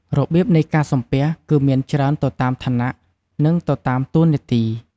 របៀបនៃការសំពះគឺមានច្រើនទៅតាមឋានៈនិងទៅតាមតួនាទី។